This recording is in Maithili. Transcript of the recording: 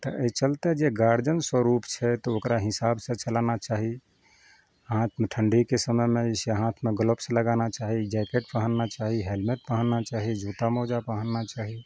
तऽ अइ चलते जे गार्जियन स्वरूप छै तऽ ओकरा हिसाबसँ चलाना चाही हाथमे ठण्ढीके समयमे जे छै हाथमे गलब्स लगाना चाही जैकेट पहनना चाही हेलमेट पहनना चाही जूता मोजा पहनना चाही